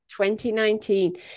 2019